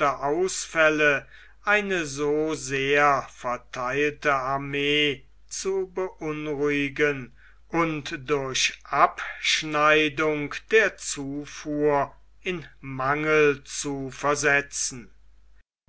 ausfälle eine so sehr vertheilte armee zu beunruhigen und durch abschneidung der zufuhr in mangel zu versetzen